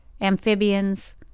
amphibians